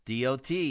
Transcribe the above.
dot